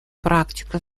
практика